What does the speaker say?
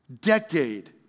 Decade